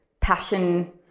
passion